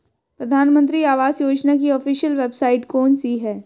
प्रधानमंत्री आवास योजना की ऑफिशियल वेबसाइट कौन सी है?